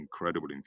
incredible